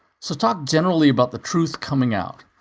so talk generally about the truth coming out,